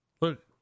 Look